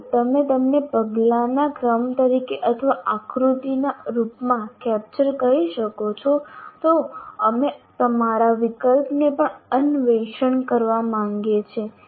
જો તમે તેમને પગલાંના ક્રમ તરીકે અથવા આકૃતિના રૂપમાં કેપ્ચર કરી શકો છો તો અમે તમારા વિકલ્પને પણ અન્વેષણ કરવા માંગીએ છીએ